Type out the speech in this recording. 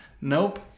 Nope